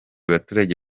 baturage